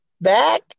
back